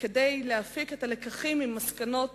וכדי להפיק את הלקחים ממסקנות